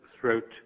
throat